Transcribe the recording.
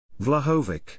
Vlahovic